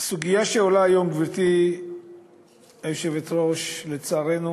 הסוגיה שעולה היום, גברתי היושבת-ראש, לצערנו